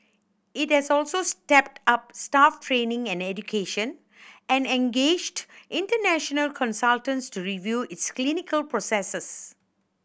it has also stepped up staff training and education and engaged international consultants to review its clinical processes